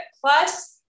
plus